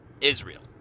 Israel